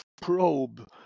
probe